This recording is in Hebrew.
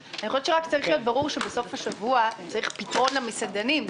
אני חושבת שצריך להיות ברור שבסוף השבוע צריך פתרון למסעדנים.